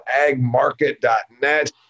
agmarket.net